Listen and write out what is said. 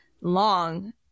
long